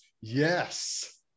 Yes